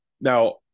now